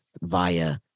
via